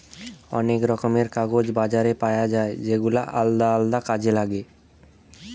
অনেক রকমের কাগজ বাজারে পায়া যাচ্ছে যেগুলা আলদা আলদা কাজে লাগে